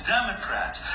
Democrats